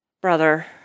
brother